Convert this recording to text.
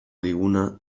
diguna